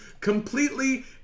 completely